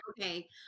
okay